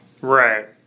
right